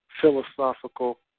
philosophical